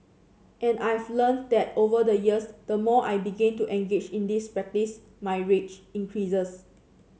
and I've learnt that over the years the more I begin to engage in this practice my range increases